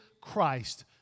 Christ